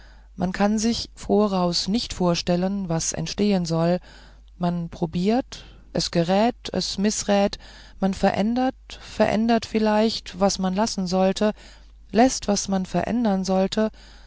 man kann sich voraus nicht vorstellen was entstehen soll man probiert es gerät es mißrät man verändert verändert vielleicht was man lassen sollte läßt was man verändern sollte